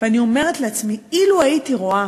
ואני אומרת לעצמי: אילו הייתי רואה